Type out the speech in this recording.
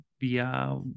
via